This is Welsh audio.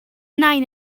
nain